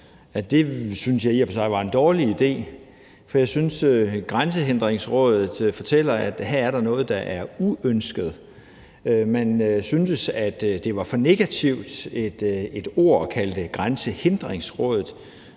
det syntes jeg i og for sig var en dårlig idé, for jeg synes, at navnet Grænsehindringsrådet fortæller, at her er noget, der er uønsket; man syntes, at ordet Grænsehindringsrådet